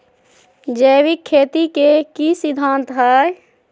जैविक खेती के की सिद्धांत हैय?